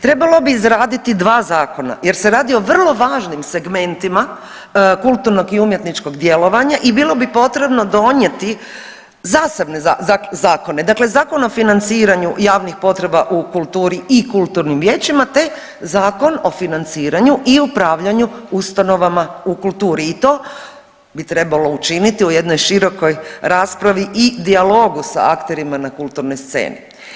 Trebalo bi izraditi dva zakona jer se radi o vrlo važnim segmentima kulturnog i umjetničkog djelovanja i bilo bi potrebno donijeti zasebne zakone, dakle Zakon o financiranju javnih potreba u kulturi i kulturnim vijećima te Zakon o financiranju i upravljanju ustanovama u kulturi i to bi trebalo učiniti u jednoj širokoj raspravi i dijalogu sa akterima na kulturnoj sceni.